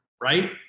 right